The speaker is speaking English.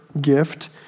gift